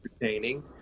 entertaining